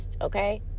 okay